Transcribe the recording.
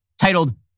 titled